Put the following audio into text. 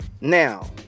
Now